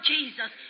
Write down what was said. Jesus